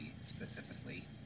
specifically